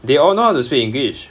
they all know how to speak english